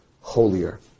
holier